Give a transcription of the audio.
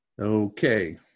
Okay